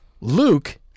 Luke